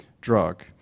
drug